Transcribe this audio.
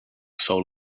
soul